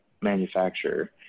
manufacturer